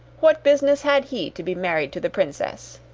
what business had he to be married to the princess!